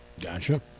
Gotcha